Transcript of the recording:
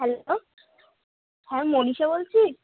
hello হ্যাঁ মনীষা বলছিস